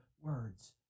words